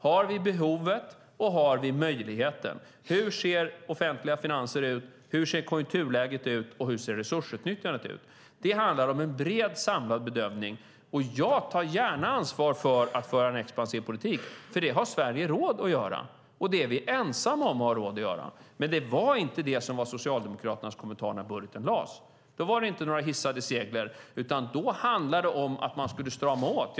Har vi behovet? Har vi möjligheten? Hur ser offentliga finanser ut? Hur ser konjunkturläget ut? Hur ser resursutnyttjandet ut? Det handlar om en bred, samlad bedömning, och jag tar gärna ansvar för att föra en expansiv politik. Det har nämligen Sverige råd att göra, och det är vi ensamma om att ha råd att göra. Det var dock inte det som var Socialdemokraternas kommentar när budgeten lades fram. Då var det inte några hissade segel, utan då handlade det om att man skulle strama åt.